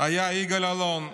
היה יגאל אלון.